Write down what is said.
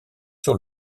sur